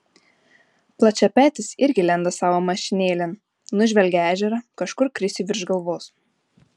plačiapetis irgi lenda savo mašinėlėn nužvelgia ežerą kažkur krisiui virš galvos